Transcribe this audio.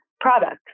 products